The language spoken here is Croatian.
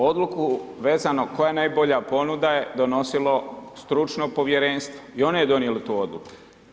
Odluku vezano koja je najbolja ponuda je donosilo stručno povjerenstvo i ono je donijelo tu odluku.